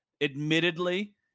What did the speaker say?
Admittedly